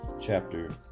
chapter